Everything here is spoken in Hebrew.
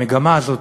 המגמה הזאת,